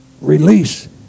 Release